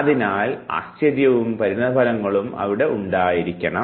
അതിനാൽ ആശ്ചര്യവും പരിണതഫലങ്ങലങ്ങളും അവിടെ ഉണ്ടായിരിക്കണം